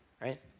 right